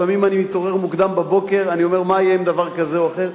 לפעמים אני מתעורר מוקדם בבוקר ואומר: מה יהיה עם דבר כזה או אחר,